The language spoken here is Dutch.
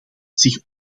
zich